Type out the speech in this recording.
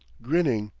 grinning.